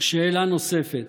שאלה נוספת.